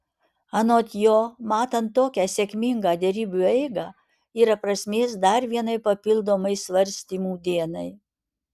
anot jo matant tokią sėkmingą derybų eigą yra prasmės dar vienai papildomai svarstymų dienai